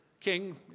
king